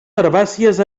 herbàcies